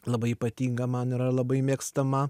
labai ypatinga man yra ir labai mėgstama